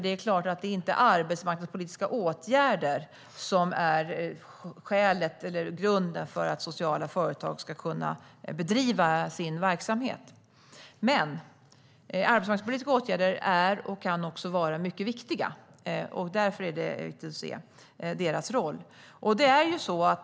Det är klart att det inte är arbetsmarknadspolitiska åtgärder som är grunden för att sociala företag ska kunna bedriva sin verksamhet. Men arbetsmarknadspolitiska åtgärder är och kan vara mycket viktiga, och därför är det viktigt att se deras roll.